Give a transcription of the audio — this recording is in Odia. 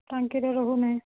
ଟାଙ୍କିରେ ରହୁନାହିଁ